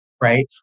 right